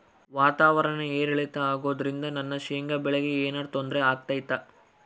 ವಾತಾವರಣ ಏರಿಳಿತ ಅಗೋದ್ರಿಂದ ನನ್ನ ಶೇಂಗಾ ಬೆಳೆಗೆ ಏನರ ತೊಂದ್ರೆ ಆಗ್ತೈತಾ?